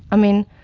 i mean,